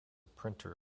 printer